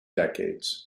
decades